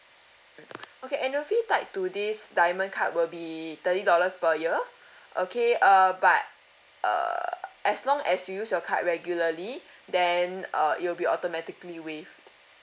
mm okay annual fee tied to this diamond card will be thirty dollars per year okay uh but as long as you use your card regularly then uh it will be automatically waived